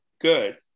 good